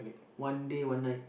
one day one night